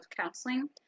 counseling